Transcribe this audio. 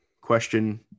question